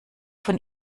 von